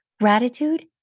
gratitude